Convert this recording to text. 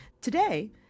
Today